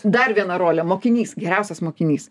dar viena rolė mokinys geriausias mokinys